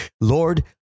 Lord